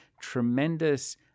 tremendous